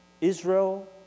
Israel